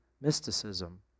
mysticism